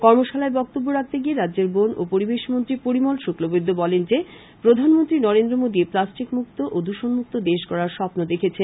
কর্মশালায় বক্তব্য রাখতে গিয়ে রাজ্যের বন ও পরিবেশ মন্ত্রী পরিমল শুক্লবৈদ্য বলেন যে প্রধানমন্ত্রী নরেন্দ্র মোদী প্লাষ্টিক মুক্ত ও দূষন মুক্ত দেশ গড়ার স্বপ্ন দেখেন